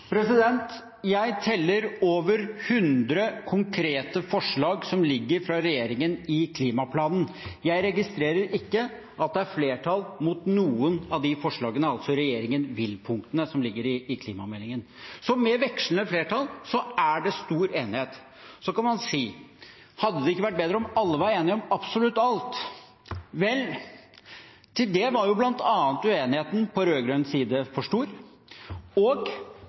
Jeg teller over hundre konkrete forslag som ligger fra regjeringen i klimaplanen. Jeg registrerer ikke at det er flertall mot noen av de forslagene, altså de såkalte regjeringen vil-punktene, som ligger i klimameldingen. Med vekslende flertall er det stor enighet. Så kan man spørre: Hadde det ikke vært bedre om alle var enige om absolutt alt? Vel, til det var bl.a. uenigheten på rød-grønn side for stor.